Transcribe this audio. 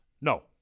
No